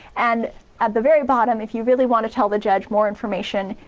and at the very bottom if you really want to tell the judge more information,